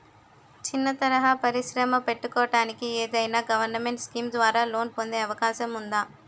చిన్న తరహా పరిశ్రమ పెట్టుకోటానికి ఏదైనా గవర్నమెంట్ స్కీం ద్వారా లోన్ పొందే అవకాశం ఉందా?